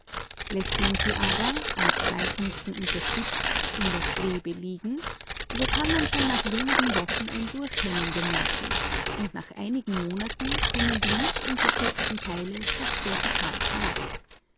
läßt man sie aber an zwei punkten unterstützt in der schwebe liegen so kann man schon nach wenigen wochen ein durchhängen bemerken und nach einigen monaten hängen die nicht unterstützten teile fast vertikal herab